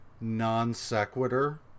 non-sequitur